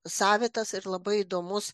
savitas ir labai įdomus